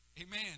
Amen